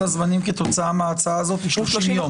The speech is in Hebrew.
הזמנים כתוצאה מההצעה הזאת היא 30 יום.